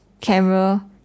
camera